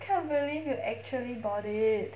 can't believe you actually bought it